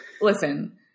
Listen